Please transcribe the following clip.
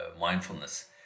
mindfulness